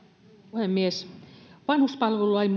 puhemies vanhuspalvelulain